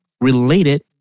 related